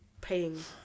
paying